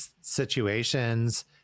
situations